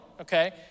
okay